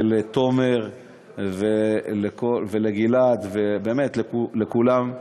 ולתומר ולגלעד, ובאמת לכולם.